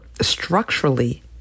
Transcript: structurally